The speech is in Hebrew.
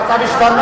כי המצב השתנה,